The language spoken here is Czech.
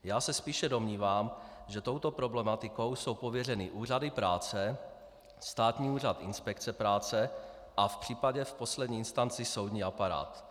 Já se spíše domnívám, že touto problematikou jsou pověřeny úřady práce, Státní úřad inspekce práce a v případě v poslední instanci soudní aparát.